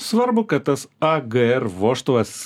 svarbu kad tas agr vožtuvas